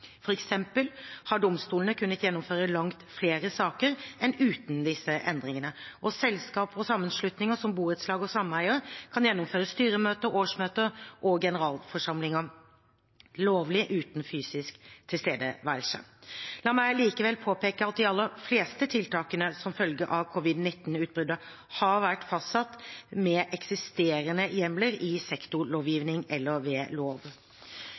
har domstolene kunnet gjennomføre langt flere saker enn uten disse endringene, og selskap og sammenslutninger som borettslag og sameier kan gjennomføre styremøter, årsmøter og generalforsamlinger lovlig uten fysisk tilstedeværelse. La meg likevel påpeke at de aller fleste tiltakene som følge av covid-19-utbruddet har vært fastsatt med eksisterende hjemler i sektorlovgivning eller ved lov.